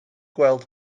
gweld